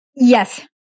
Yes